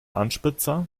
anspitzer